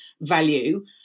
value